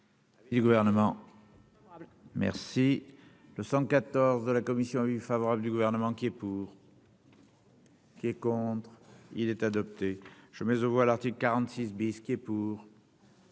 Le 114 de la commission avis favorable du gouvernement qui est pour. Qui est contre, il est adopté, je mais voit l'article 46 bisquer pour.